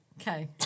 Okay